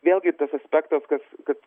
vėlgi tas aspektas kas kad